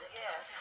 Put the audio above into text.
yes